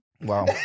Wow